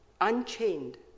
unchained